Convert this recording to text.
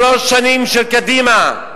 שלוש שנים של קדימה,